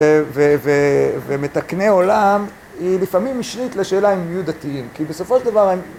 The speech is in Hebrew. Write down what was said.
ומתקני עולם היא לפעמים משנית לשאלה אם יהיו דתיים כי בסופו של דבר הם